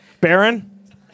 Baron